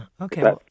okay